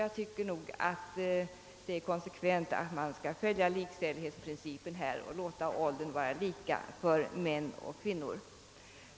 Jag tycker att man borde vara konsekvent och följa likställighetsprincipen och låta åldersgränsen vara densamma för både män och kvinnor.